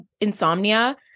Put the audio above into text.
insomnia